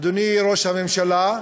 אדוני ראש הממשלה,